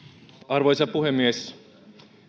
arvoisa puhemies